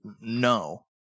no